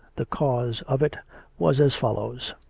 the cause of it was as follows.